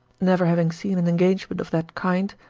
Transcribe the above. never having seen an engagement of that kind,